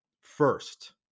First